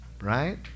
Right